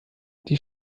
die